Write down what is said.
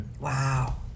Wow